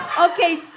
okay